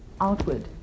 outward